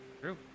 True